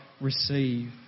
receive